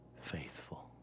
faithful